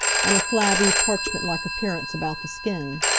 and a flabby, parchment-like appearance about the skin.